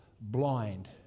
blind